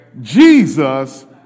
Jesus